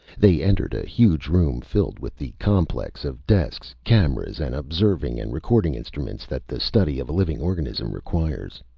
they entered a huge room filled with the complex of desks, cameras, and observing and recording instruments that the study of a living organism requires.